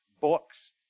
books